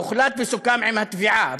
הוחלט וסוכם עם התביעה,